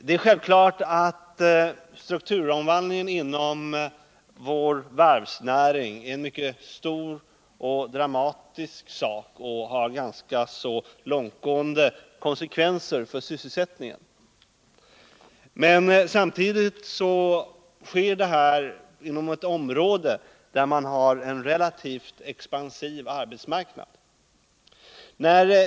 Det är självklart att strukturomvandlingen inom vår varvsnäring är ett mycket stort och dramatiskt skeende som har ganska långtgående konsekvenser för sysselsättningen. Men samtidigt genomförs denna strukturomvandling inom ett område med en relativt expansiv arbetsmarknad.